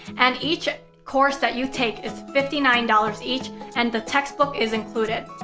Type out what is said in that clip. and, each course that you take is fifty nine dollars each and the textbook is included.